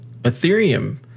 Ethereum